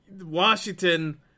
Washington